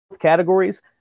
categories